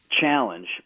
Challenge